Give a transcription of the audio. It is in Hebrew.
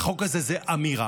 החוק הזה זה אמירה.